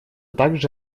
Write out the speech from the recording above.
также